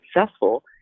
successful